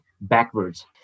backwards